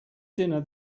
dinner